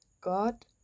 God